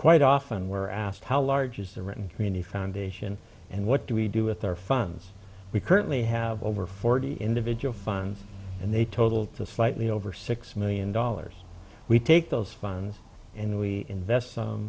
quite often were asked how large is the written community foundation and what do we do with our funds we currently have over forty individual fund and they total them slightly over six million dollars we take those funds and we invest